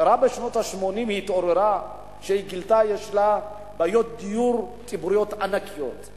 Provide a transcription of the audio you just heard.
רק בשנות ה-80 התעוררה וגילתה שיש לה בעיות דיור ציבורי ענקיות.